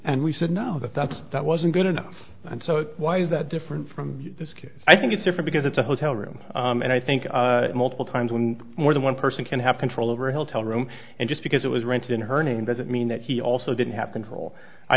and we said now that that's that wasn't good enough and so why is that different from this case i think it's different because it's a hotel room and i think multiple times when more than one person can have control over health tell room and just because it was rented in her name doesn't mean that he also didn't happen to roll i